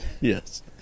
Yes